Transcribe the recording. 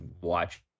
watch